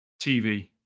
TV